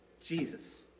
Jesus